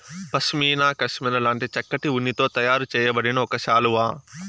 pashmina cashmere లాంటి చక్కటి ఉన్నితో తయారు చేయబడిన ఒక శాలువా